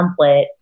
template